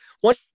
one